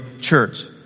church